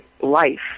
life